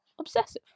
obsessive